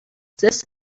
this